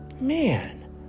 man